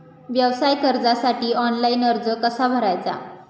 व्यवसाय कर्जासाठी ऑनलाइन अर्ज कसा भरायचा?